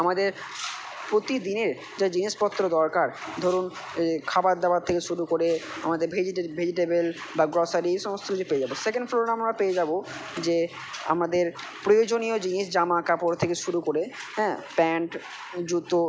আমাদের প্রতিদিনের যে জিনিসপত্র দরকার ধরুন খাবার দাবার থেকে শুরু করে আমাদের ভেজিটেবিল বা গ্রসারি এই সমস্ত কিছু পেয়ে যাবো সেকেন্ড ফ্লোরে আমরা পেয়ে যাবো যে আমাদের প্রয়োজনীয় জিনিস জামা কাপড় থেকে শুরু করে হ্যাঁ প্যান্ট জুতো